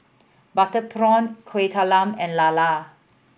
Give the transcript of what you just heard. butter prawn Kueh Talam and lala